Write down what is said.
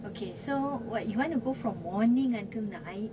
okay so what you want to go from morning until night